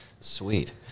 Sweet